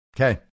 Okay